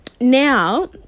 Now